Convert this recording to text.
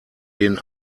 denen